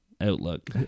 outlook